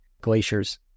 glaciers